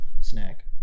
Snack